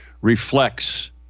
reflects